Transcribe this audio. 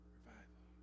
Revival